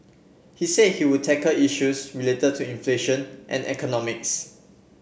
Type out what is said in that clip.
he said he would tackle issues related to inflation and economics